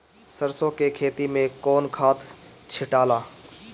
सरसो के खेती मे कौन खाद छिटाला?